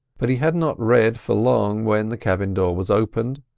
but he had not read for long when the cabin door was opened,